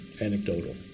anecdotal